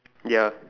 ya